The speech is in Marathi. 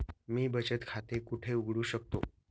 मी बचत खाते कुठे उघडू शकतो?